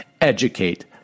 educate